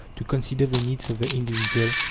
to consider the needs of the individual,